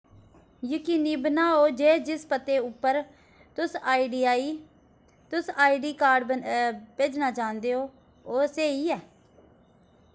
यकीनी बनाओ जे जिस पते उप्पर तुस आई डी आई तुस आई डी कार्ड भेजना चांह्दे ओ ओह् स्हेई ऐ